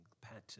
patterns